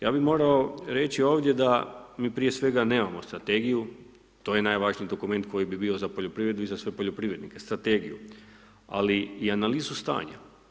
Ja bi morao reći ovdje da mi prije svega nemamo strategiju to je najvažniji dokument koji bi bio za poljoprivredu i za sve poljoprivrednike, strategiju ali i analizu stanja.